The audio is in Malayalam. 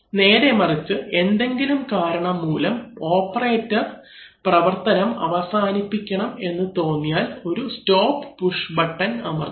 നേരെമറിച്ച് എന്തെങ്കിലും കാരണം മൂലം ഓപ്പറേറ്റർ പ്രവർത്തനം അവസാനിപ്പിക്കണം എന്ന് തോന്നിയാൽ ഒരു സ്റ്റോപ്പ് പുഷ് ബട്ടൺ അമർത്തും